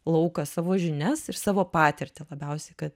lauką savo žinias ir savo patirtį labiausiai kad